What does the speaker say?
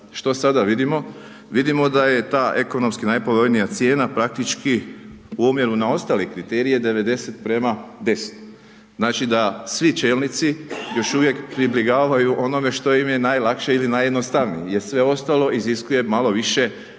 Što sada vidimo? Vidimo da je ta ekonomski najpovoljnija cijena praktički u omjeru na ostale kriterije 90:10. Znači da svi čelnici još uvijek pribjegavaju onome što im je najlakše ili najjednostavnije jer sve ostalo iziskuje malo više napora